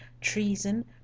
treason